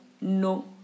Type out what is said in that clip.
no